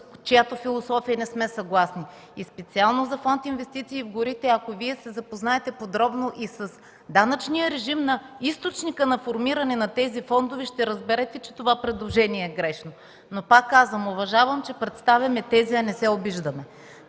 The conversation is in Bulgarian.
чиято философия не сме съгласни. Специално за Фонд „Инвестиции в горите”, ако Вие се запознаете подробно с данъчния режим на източника на формиране на тези фондове, ще разберете, че това предложение е грешно. Пак казвам, уважавам, че представяме тéзи, а не се обиждаме.